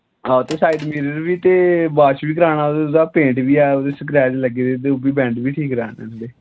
हां ते side mirror बी ते बाश बी कराना ओह्दा पेंट बी स्क्रैप लग्गे दे ते बैड़ ठीक कराने ओह्दे